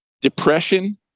depression